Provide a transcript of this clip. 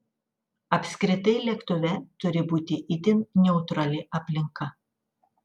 apskritai lėktuve turi būti itin neutrali aplinka